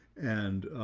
and,